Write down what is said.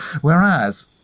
whereas